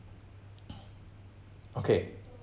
okay